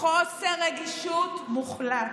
חוסר רגישות מוחלט.